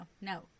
no